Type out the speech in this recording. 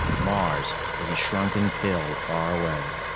mars was a shrunken pill far away.